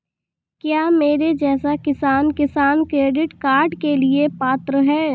क्या मेरे जैसा किसान किसान क्रेडिट कार्ड के लिए पात्र है?